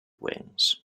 wings